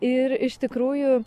ir iš tikrųjų